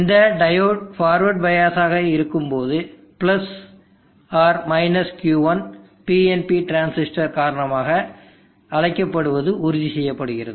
இந்த diode forward bias ஆக இருக்கும்போது Q1 PNP டிரான்சிஸ்டர் காரணமாக அழைக்கப்படுவது உறுதி செய்யப்படுகிறது